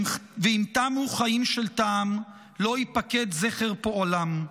ואם תמו חיים של טעם, לא ייפקד זכר פועלם.